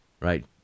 right